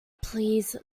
please